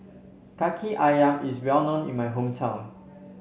Kaki ayam is well known in my hometown